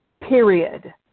period